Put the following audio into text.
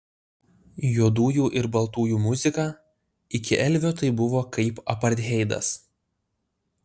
juodųjų ir baltųjų muzika iki elvio tai buvo kaip apartheidas